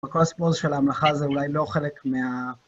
כל הסיפור הזה של ההמלכה הזה אולי לא חלק מה...